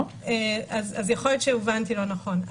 אז יכול להיות שהובנתי לא נכון.